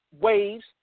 waves